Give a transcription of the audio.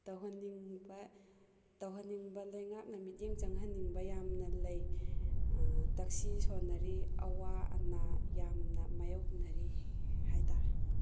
ꯇꯧꯍꯟꯅꯤꯡꯕ ꯇꯧꯍꯟꯅꯤꯡꯕ ꯂꯩꯉꯥꯛꯅ ꯃꯤꯠꯌꯦꯡ ꯆꯪꯍꯟꯅꯤꯡꯕ ꯌꯥꯝꯅ ꯂꯩ ꯇꯛꯁꯤ ꯁꯣꯟꯅꯔꯤ ꯑꯋꯥ ꯑꯅꯥ ꯌꯥꯝꯅ ꯃꯥꯌꯣꯛꯅꯔꯤ ꯍꯥꯏ ꯇꯥꯔꯦ